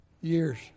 years